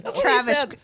Travis